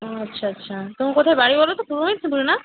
ও আচ্ছা আচ্ছা তোমার কোথায় বাড়ি বলো তো পূর্ব মেদিনীপুরে না